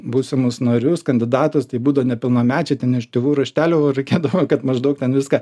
būsimus narius kandidatus tai buvo nepilnamečiai ten iš tėvų raštelio reikėdavo kad maždaug ten viską